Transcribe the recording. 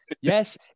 Yes